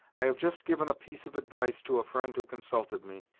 i have just given a piece of advice to a friend who consulted me.